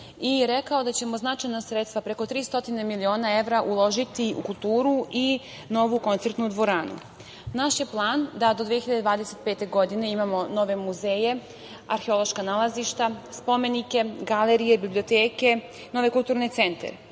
i rekao da ćemo značajna sredstva, preko 300 miliona evra uložiti u kulturu i novu koncertnu dvoranu. Naš je plan da do 2025. godine imamo nove muzeje, arheološka nalazišta, spomenike, galerije, biblioteke, nove kulturne